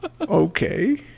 okay